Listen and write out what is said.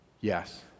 Yes